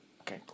Okay